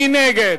מי נגד?